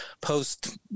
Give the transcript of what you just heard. post